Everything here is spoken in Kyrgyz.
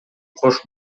кош